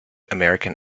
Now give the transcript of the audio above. american